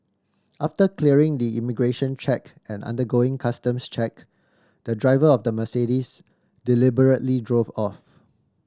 after clearing the immigration check and undergoing customs check the driver of the Mercedes deliberately drove off